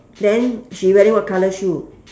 then she wearing what colour shoe